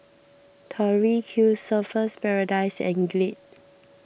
Tori Q Surfer's Paradise and Glade